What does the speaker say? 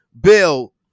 bill